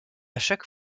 chaque